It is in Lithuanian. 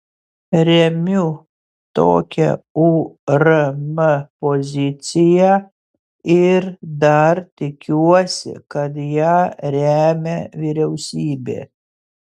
remiu tokią urm poziciją ir dar tikiuosi kad ją remia vyriausybė